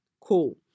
cool